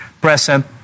present